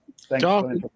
Thanks